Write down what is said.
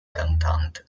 cantante